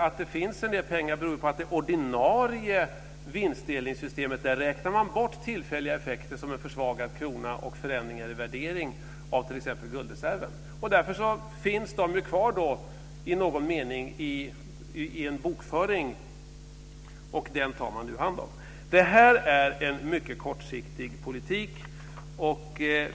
Att det finns en del pengar beror på att med det ordinarie vinstdelningssystemet räknar man bort tillfälliga effekter som en försvagad krona och förändringar i värdering av t.ex. guldreserven. Därför finns de kvar i någon mening i en bokföring, och den tar man nu hand om. Det här är en mycket kortsiktigt politik.